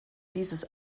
dieses